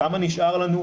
כמה נשאר לנו,